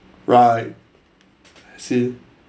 right I see